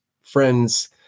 friends